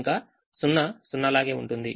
ఇంకా 0 0 లాగే ఉంటుంది